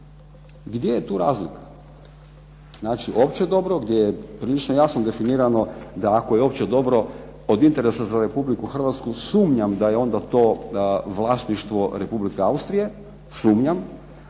Gdje je tu razlika? Znači opće dobro gdje je prilično jasno definirano, da ako je opće dobro od interesa za Republiku Hrvatsku, sumnjam da je onda to vlasništvo Republike Austrije, sumnjam.